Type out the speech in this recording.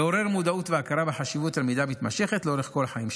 לעורר מודעות והכרה בחשיבות הלמידה המתמשכת לאורך כל החיים.